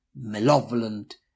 malevolent